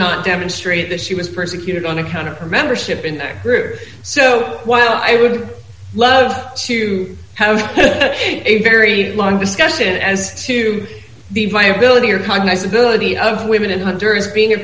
not demonstrate that she was persecuted on account of her membership in that group so while i would love to have a very long discussion as to the viability or cognize ability of women in hunter is being a